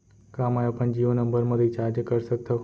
का मैं अपन जीयो नंबर म रिचार्ज कर सकथव?